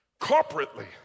corporately